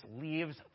leaves